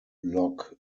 lock